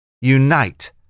Unite